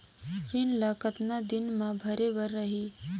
ऋण ला कतना दिन मा भरे बर रही?